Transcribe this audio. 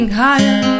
higher